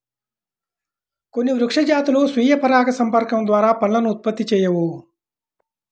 కొన్ని వృక్ష జాతులు స్వీయ పరాగసంపర్కం ద్వారా పండ్లను ఉత్పత్తి చేయవు